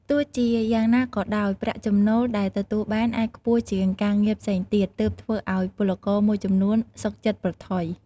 ទោះជាយ៉ាងណាក៏ដោយ ប្រាក់ចំណូលដែលទទួលបានអាចខ្ពស់ជាងការងារផ្សេងទៀត ទើបធ្វើឱ្យពលករមួយចំនួនសុខចិត្តប្រថុយ ។